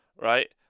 right